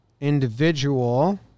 Individual